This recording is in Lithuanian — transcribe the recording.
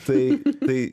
tai tai